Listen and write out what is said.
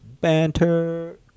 banter